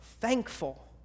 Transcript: thankful